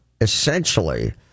essentially